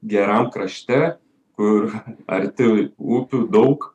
geram krašte kur arti upių daug